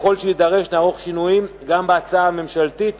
ככל שיידרש נערוך שינויים גם בהצעה הממשלתית